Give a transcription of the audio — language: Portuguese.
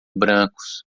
brancos